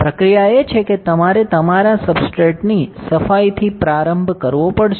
પ્રક્રિયા એ છે કે તમારે તમારા સબસ્ટ્રેટની સફાઈથી પ્રારંભ કરવો પડશે